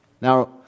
Now